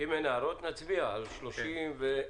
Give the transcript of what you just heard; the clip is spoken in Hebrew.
נצביע על (30)